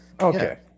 Okay